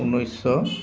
ঊনৈছশ